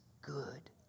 good